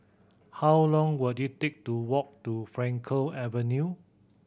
how long will it take to walk to Frankel Avenue